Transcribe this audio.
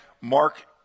Mark